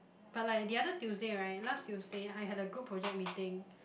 but like the other Tuesday right last Tuesday I had the group project meeting